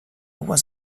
was